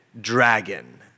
dragon